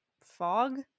fog